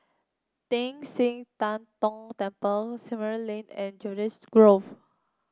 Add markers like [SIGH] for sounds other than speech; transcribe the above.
Teng San Tian Tong Temple Several Lane and [UNINTELLIGIBLE] Grove